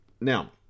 Now